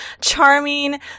charming